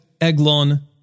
Eglon